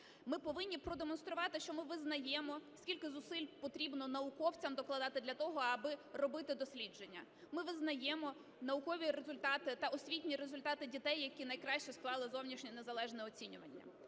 Ми повинні продемонструвати, що ми визнаємо, скільки зусиль потрібно науковцям докладати для того, аби робити дослідження. Ми визнаємо наукові результати та освітні результати дітей, які найкраще склали зовнішнє незалежне оцінювання.